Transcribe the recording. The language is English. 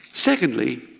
Secondly